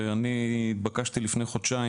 ואני התבקשתי לפני חודשיים,